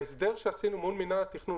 ההסדר שעשינו מול מינהל התכנון,